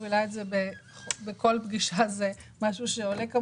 משהו שעולה בכל פגישה עם השרה.